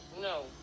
No